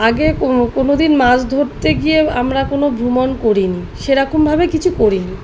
আগে কোনো কোনো দিন মাছ ধরতে গিয়েও আমরা কোনো ভ্রমণ করি নি সেরকমভাবে কিছু করি নি